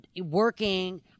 working